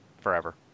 forever